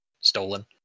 stolen